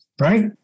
right